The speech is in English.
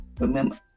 Remember